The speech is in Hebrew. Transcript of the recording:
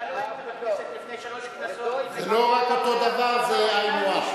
זה לא רק אותו דבר, זה היינו הך.